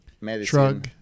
medicine